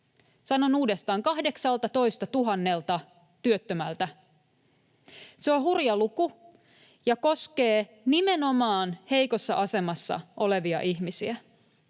Sanon uudestaan: 18 000 työttömältä — se on hurja luku ja koskee nimenomaan heikossa asemassa olevia ihmisiä.